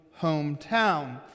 hometown